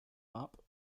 map